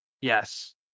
Yes